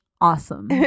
awesome